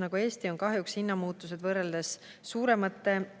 nagu Eesti on kahjuks hinnamuutused võrreldes suuremate